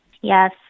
Yes